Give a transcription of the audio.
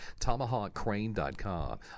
Tomahawkcrane.com